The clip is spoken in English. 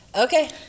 Okay